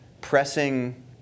pressing